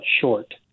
short